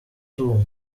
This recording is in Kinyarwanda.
too